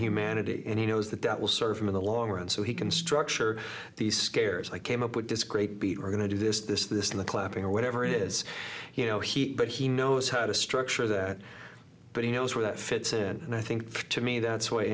humanity and he knows that that will serve him in the long run so he can structure these scares i came up with this great beat we're going to do this this this and the clapping or whatever it is you know he's but he knows how to structure that but he knows where that fits in and i think to me that's